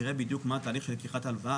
יראה בדיוק מה התהליך של לקיחת הלוואה,